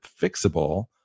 fixable